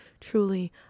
truly